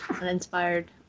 uninspired